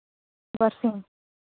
ᱵᱟᱨ ᱥᱤᱧ